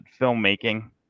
filmmaking